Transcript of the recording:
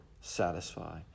satisfy